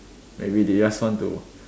maybe they just want to